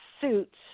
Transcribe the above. suits